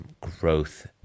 growth